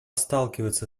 сталкивается